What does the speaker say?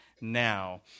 now